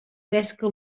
pesca